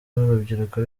n’urubyiruko